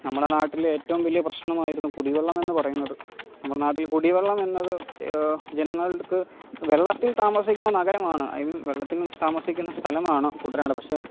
നമ്മുടെ നാട്ടിലെ ഏറ്റവും വലിയ പ്രശ്നമായിരുന്നു കുടിവെള്ളമെന്ന് പറയുന്നത് നമ്മുടെ നാട്ടിൽ കുടിവെള്ളമെന്നത് ജനങ്ങൾക്ക് വെള്ളത്തിൽ താമസിക്കുന്ന നഗരമാണ് ഐ മീൻ വെള്ളത്തിൽ താമസിക്കുന്ന സ്ഥലമാണ് കുട്ടനാട് പക്ഷേ